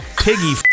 piggy